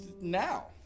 now